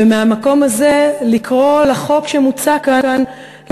ומהמקום הזה לקרוא לחוק שמוצע כאן לא